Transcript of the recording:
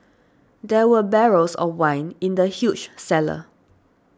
there were barrels of wine in the huge cellar